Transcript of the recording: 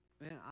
Man